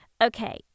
Okay